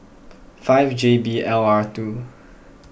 five J B L R two